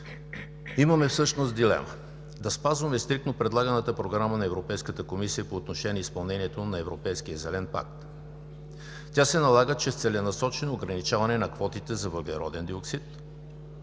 Имаме всъщност дилема – да спазваме стриктно предлаганата програма на Европейската комисия по отношение изпълнението на Европейския зелен пакт. Тя се налага чрез целенасочено ограничаване на квотите за въглероден диоксид,